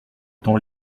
temps